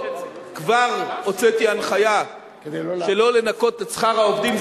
כבר הוצאתי הנחיה שלא לנכות משכר העובדים.